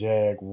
Jag